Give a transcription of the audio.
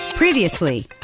previously